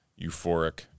euphoric